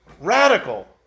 radical